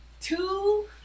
Two